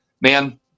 man